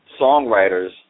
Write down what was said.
songwriters